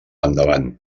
endavant